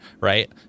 right